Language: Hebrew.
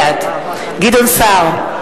בעד גדעון סער,